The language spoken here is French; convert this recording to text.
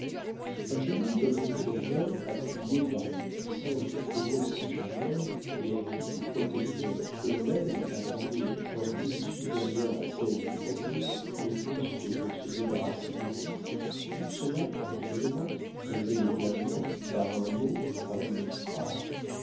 un jeune homme comme victurnien appuyé par les puissances du faubourg saint-germain et à qui ses protecteurs eux-mêmes accordaient une fortune supérieure à celle qu'il avait ne fût-ce que pour se débarrasser de lui tout cela très finement très élégamment par un mot par une phrase